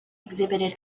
exhibited